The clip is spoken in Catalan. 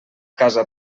casa